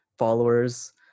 followers